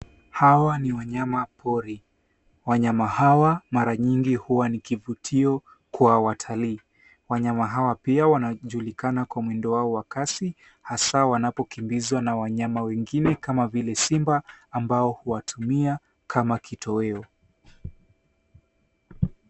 Hawa ni wanyamapori. Wanyama hawa mara nyingi huwa ni kivutio kwa watalii. Wanyama hawa pia wanajulikana kwa mwendo wao wa kasi hasa wanapokimbizwa na wanyama wengine kama vile simba ambao huwatumia kama kitoweo.